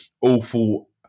Awful